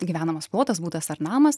gyvenamas plotas butas ar namas